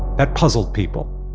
that puzzled people